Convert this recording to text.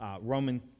Roman